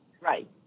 Right